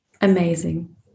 amazing